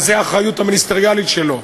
אבל זו האחריות המיניסטריאלית שלו.